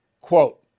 quote